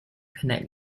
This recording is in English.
connect